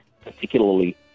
particularly